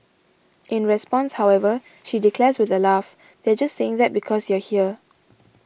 in response however she declares with a laugh they're just saying that because you're here